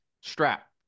strap